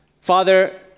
Father